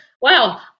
wow